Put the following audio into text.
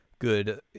good